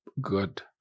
good